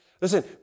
Listen